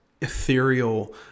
ethereal